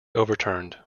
overturned